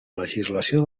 legislació